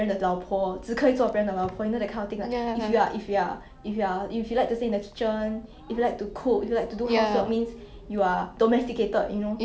so I'm glad that the show recognizes that no matter what form of like a womanhood you decide to take on it it's not like a it's not a position that should be like 看不起